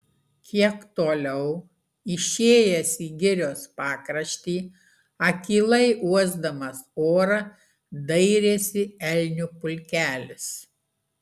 kiek toliau išėjęs į girios pakraštį akylai uosdamas orą dairėsi elnių pulkelis